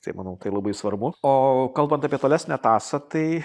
tai manau tai labai svarbu o kalbant apie tolesnę tąsą tai